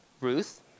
Ruth